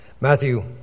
Matthew